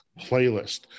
playlist